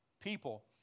people